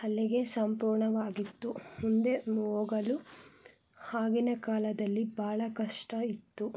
ಅಲ್ಲಿಗೆ ಸಂಪೂರ್ಣವಾಗಿತ್ತು ಮುಂದೆ ಹೋಗಲು ಆಗಿನ ಕಾಲದಲ್ಲಿ ಭಾಳ ಕಷ್ಟ ಇತ್ತು